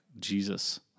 Jesus